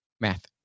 math